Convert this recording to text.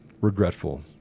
regretful